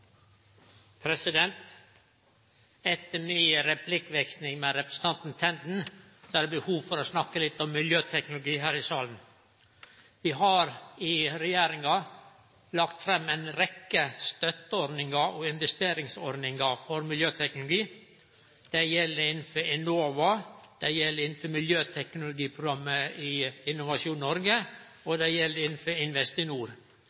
Etter mi replikkveksling med representanten Tenden er det behov for å snakke litt om miljøteknologi her i salen. Vi har i regjeringa lagt fram ei rekkje støtteordningar og investeringsordningar for miljøteknologi. Dei gjeld innanfor Enova, dei gjeld innanfor miljøteknologiprogrammet i Innovasjon